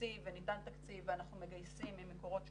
תקציב וניתן תקציב ואנחנו מגייסים ממקורות שונים,